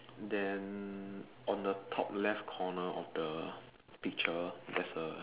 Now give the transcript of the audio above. then on the top left corner of the picture there's a